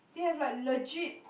they have like legit